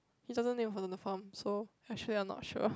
he also on the farm so actually I'm not sure